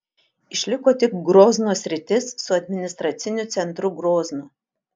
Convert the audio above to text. išliko tik grozno sritis su administraciniu centru groznu